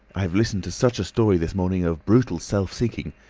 i have listened to such a story this morning of brutal self-seeking.